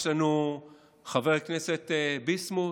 יש לנו את חבר הכנסת ביסמוט,